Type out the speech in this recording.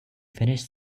finished